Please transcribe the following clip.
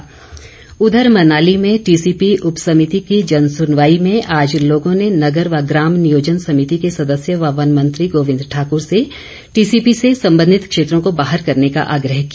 गोविंद ठाकुर उधर मनाली में टीसीपी उप समिति की जनसुनवाई में आज लोगों ने नगर व ग्राम नियोजन समिति के सदस्य व वन मंत्री गोविंद ठाकूर से टीसीपी से संबंधित क्षेत्रों को बाहर करने का आग्रह किया